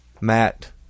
Matt